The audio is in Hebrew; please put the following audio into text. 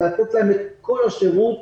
לתת להם את כל השירות,